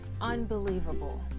unbelievable